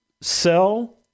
sell